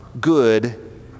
good